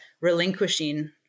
relinquishing